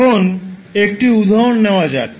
এখন একটি উদাহরণ নেওয়া যাক